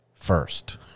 first